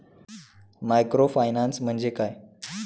Microfinance म्हणजे काय?